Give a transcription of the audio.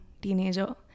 teenager